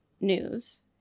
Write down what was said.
news